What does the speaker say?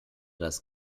das